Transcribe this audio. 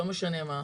לא משנה מה.